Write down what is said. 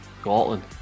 Scotland